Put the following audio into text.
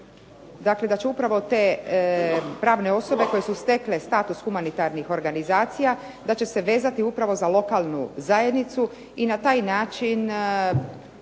da će upravo te osobe koje su stekle status humanitarnih organizacija da će se vezati upravo za lokalnu zajednicu i na taj način